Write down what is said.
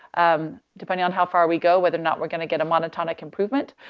um, depending on how far we go, whether or not we're going to get a monotonic improvement.